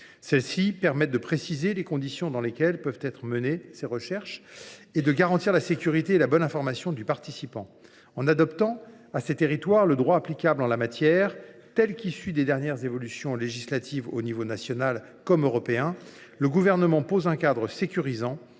dispositions permettent de préciser les conditions dans lesquelles peuvent être menées ces recherches et de garantir la sécurité et la bonne information du participant. En adaptant à ces territoires le droit applicable en la matière, tel qu’il est issu des dernières évolutions législatives à l’échelon national et européen, le Gouvernement pose un cadre sécurisant